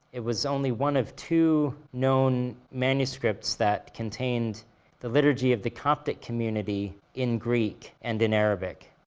it was only one of two known manuscripts that contained the liturgy of the coptic community in greek and in arabic.